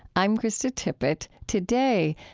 i'm krista tippett today,